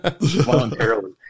voluntarily